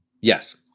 Yes